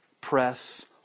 press